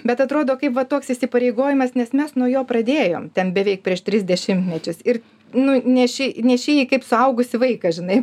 bet atrodo kaip va toks įsipareigojimas nes mes nuo jo pradėjom ten beveik prieš tris dešimtmečius ir nu neši neši jį kaip suaugusį vaiką žinai